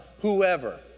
whoever